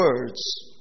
words